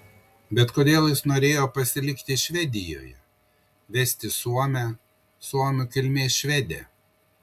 bet kodėl jis norėjo pasilikti švedijoje vesti suomę suomių kilmės švedę